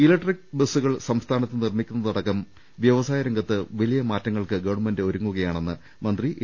electric ബസുകൾ സംസ്ഥാനത്ത് നിർമ്മിക്കുന്നതടക്കം വ്യവ സായ രംഗത്ത് വലിയ മാറ്റങ്ങൾക്ക് ഗവൺമെന്റ് ഒരുങ്ങുകയാണെന്ന് മന്ത്രി എ